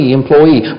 employee